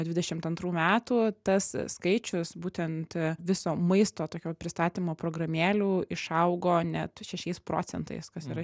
dvidešimt antrų metų tas skaičius būtent viso maisto tokio pristatymo programėlių išaugo net šešiais procentais kas yra